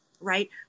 right